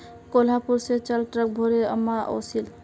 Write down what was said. कोहलापुर स चार ट्रक भोरे आम ओसील